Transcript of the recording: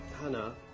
Hannah